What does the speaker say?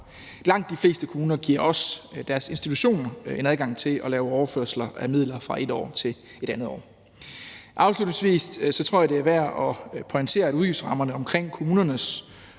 Langt de fleste kommuner giver også deres institutioner en adgang til at lave overførsler af midler fra et år til et andet år. Afslutningsvis tror jeg, det er værd at pointere, at udgiftsrammerne omkring kommunernes